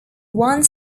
one